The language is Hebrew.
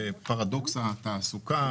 בפרדוקס התעסוקה,